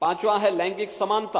पांचवा है लैंगिक समानता